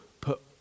put